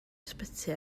ysbyty